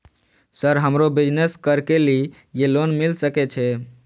Sir हमरो business करके ली ये लोन मिल सके छे?